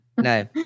No